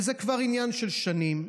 וזה כבר עניין של שנים,